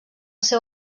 seu